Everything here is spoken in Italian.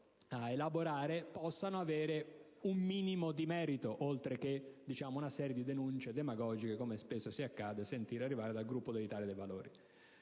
ad elaborare possano avere un minimo di merito, oltre che fare una serie di denunce demagogiche, come spesso sono quelle che si sentono arrivare dal Gruppo dell'Italia dei Valori.